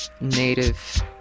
native